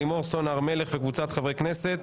לימור סון הר מלך וקבוצת חברי הכנסת),